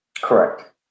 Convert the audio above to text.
correct